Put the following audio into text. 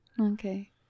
Okay